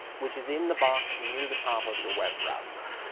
which is in the box near the top of your web browser.